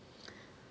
然后呢